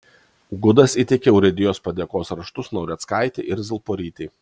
gudas įteikė urėdijos padėkos raštus naureckaitei ir zilporytei